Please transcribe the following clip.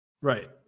Right